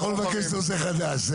אתה יכול לבקש נושא חדש.